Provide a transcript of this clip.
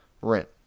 Rent